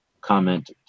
comment